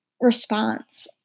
response